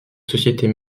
sociétés